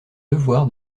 devoir